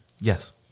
Yes